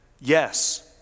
yes